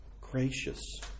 gracious